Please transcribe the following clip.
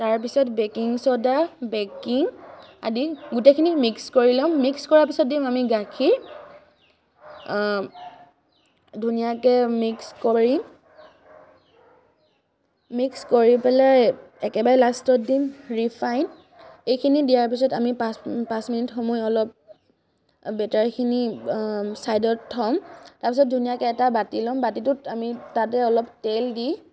তাৰপিছত baking soda baking আদি গোটেখিনি মিক্স কৰি ল'ম মিক্স কৰা পিছত দিম আমি গাখীৰ ধুনীয়াকৈ মিক্স কৰি মিক্স কৰি পেলাই একেবাৰে লাষ্টত দিম ৰিফাইন এইখিনি দিয়া পিছত আমি পাঁচ মিনিট সময় অলপ বেটাৰখিনি ছাইডত থ'ম তাৰপিছত ধুনীয়াকৈ এটা বাতি ল'ম বাতিটো আমি তাতে অলপ তেল দি